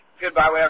goodbye